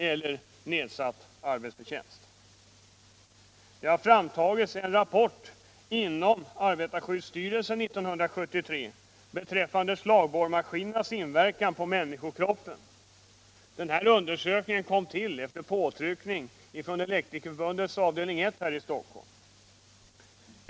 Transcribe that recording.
Arbetarskyddsstyrelsen lade 1973 fram en rapport om slagborrmaskinernas inverkan på människokroppen. Denna undersökning kom till efter påtryckning från Elektrikerförbundets avdelning 1 här i Stockholm.